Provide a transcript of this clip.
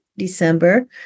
December